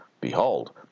Behold